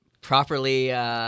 properly –